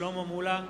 שלמה מולה,